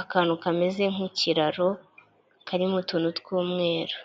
akantu kameze nk'ikiraro karimo utuntu tw'umweru.